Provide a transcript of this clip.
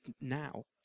now